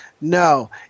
No